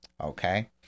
Okay